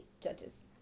judges